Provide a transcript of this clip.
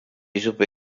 chupe